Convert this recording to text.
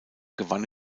gewann